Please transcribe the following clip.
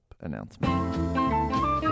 announcement